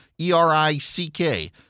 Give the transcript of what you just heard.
E-R-I-C-K